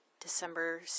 December